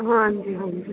ਹਾਂਜੀ ਹਾਂਜੀ